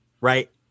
right